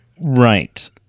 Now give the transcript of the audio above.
right